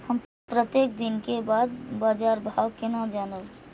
हम प्रत्येक दिन के बाद बाजार भाव केना जानब?